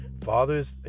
fathers